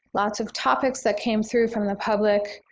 lots of topics that came through from the public,